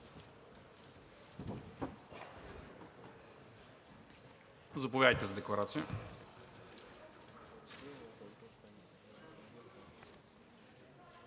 Заповядайте за декларация.